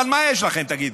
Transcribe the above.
אבל מה יש לכם, תגידו?